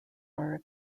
are